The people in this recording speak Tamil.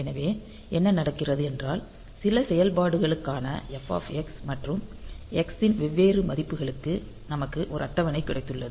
எனவே என்ன நடக்கிறது என்றால் சில செயல்பாடுகளான f மற்றும் x இன் வெவ்வேறு மதிப்புகளுக்கு நமக்கு ஒரு அட்டவணை கிடைத்துள்ளது